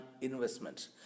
investment